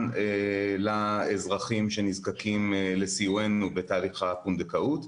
לאזרחים שנזקקים לסיוענו בתהליך הפונדקאות.